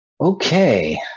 Okay